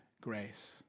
grace